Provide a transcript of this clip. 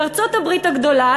בארצות-הברית הגדולה,